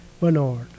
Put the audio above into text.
Bernard